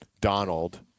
Donald